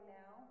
now